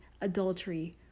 adultery